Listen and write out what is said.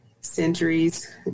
centuries